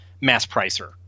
mass-pricer